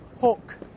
Hook